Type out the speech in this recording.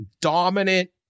dominant